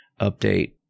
update